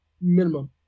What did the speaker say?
minimum